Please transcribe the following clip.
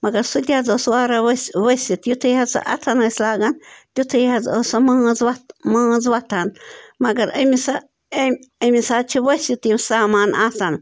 مگر سُہ تہِ حظ اوس وارِیاہ ؤس ؤسِتھ یُتھٕے ہَسا اَتھن ٲسۍ لاگان تُتھٕے حظ ٲسۍ سَہ مٲنٛز وَ مٲنٛز وۄتھان مگر أمِس أمِس حظ چھِ ؤسِتھ یِم سامان آسان